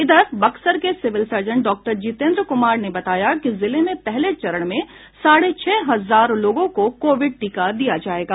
इधर बक्सर के civil surgeon doctor Jitendra Kumar ने बताया कि जिले में पहले चरण में साढ़े छह हजार लोगों को कोविड टीका दिया जायेगा